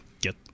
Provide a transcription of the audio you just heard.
get